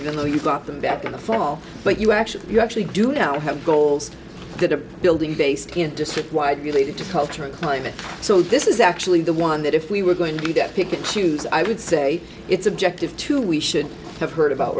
even though you got them back in the fall but you actually you actually do now have goals that are building based district wide believed to cultural climate so this is actually the one that if we were going to be that pick and choose i would say it's objective to we should have heard about